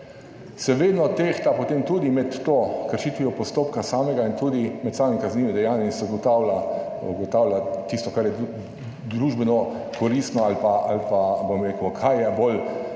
se vedno tehta potem tudi med to kršitvijo postopka samega in tudi med samimi kaznivim dejanjem in se ugotavlja, ugotavlja tisto, kar je družbeno koristno ali bom rekel kaj je bolj